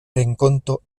renkonto